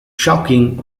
shocking